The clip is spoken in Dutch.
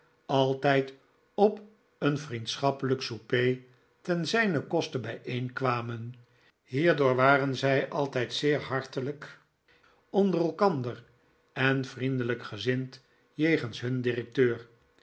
altijd op een vriendschappelijk souper ten zijnen koste bijeenkwamen hierdoor waren zij altijd zeer hartelijk onder elkander en vriendelijk gezind jegens hun directeur